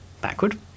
backward